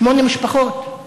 שמונה משפחות.